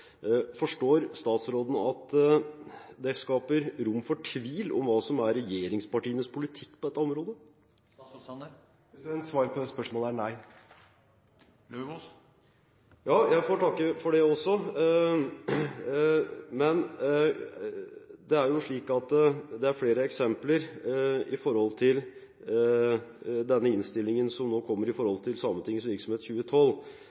Forstår statsråden at det skaper rom for tvil hva som er regjeringspartienes politikk på dette området? Svaret på det spørsmålet er nei. Jeg får takke for det også. Det er slik at det er flere eksempler med tanke på innstillingen